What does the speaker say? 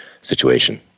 situation